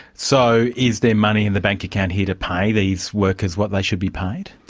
so is there money in the bank account here to pay these workers what they should be paid?